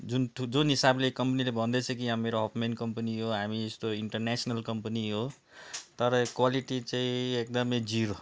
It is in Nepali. जुन थु जुन हिसाबले कम्पनीले भन्दै छ कि अँ मेरो हफमेन कम्पनी यो हामी यस्तो इन्टरनेसनल कम्पनी हो तर क्वालिटी चाहिँ एकदमै जिरो